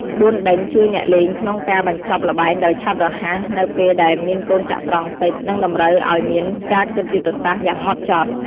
ក្បួនដេញជួយអ្នកលេងក្នុងការបញ្ចប់ល្បែងដោយឆាប់រហ័សនៅពេលដែលមានកូនចត្រង្គតិច និងតម្រូវឲ្យមានការគិតយុទ្ធសាស្ត្រយ៉ាងម៉ត់ចត់។